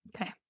Okay